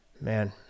Man